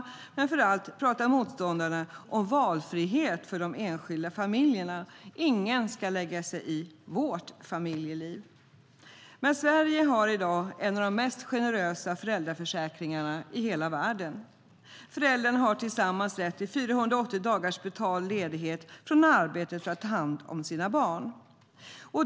Men framför allt pratar motståndarna om valfrihet för de enskilda familjerna: Ingen ska lägga sig i vårt familjeliv. Men Sverige har i dag en av de mest generösa föräldraförsäkringarna i hela världen. Föräldrarna har tillsammans rätt till 480 dagars betald ledighet från arbetet för att ta hand om sina barn.